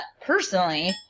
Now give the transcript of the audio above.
personally